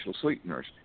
sweeteners